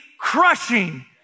crushing